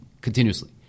continuously